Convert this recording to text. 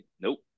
Nope